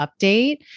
update